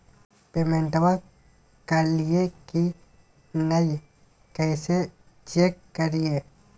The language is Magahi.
पेमेंटबा कलिए की नय, कैसे चेक करिए?